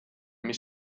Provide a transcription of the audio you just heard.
mis